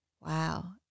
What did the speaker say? Wow